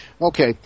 Okay